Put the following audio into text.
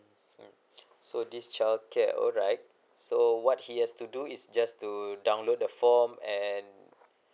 so this childcare alright so what he has to do is just to download the form and